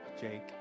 Jake